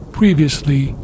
Previously